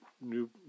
new